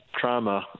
trauma